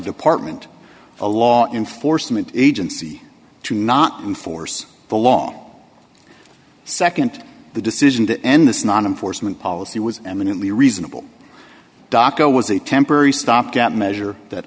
department a law enforcement agency to not enforce the law nd the decision to end this non enforcement policy was eminently reasonable doco was a temporary stopgap measure that